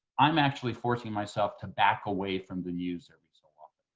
i'm actually forcing myself to back away from the news every so often.